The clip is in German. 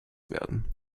werden